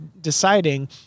deciding